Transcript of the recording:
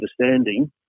understanding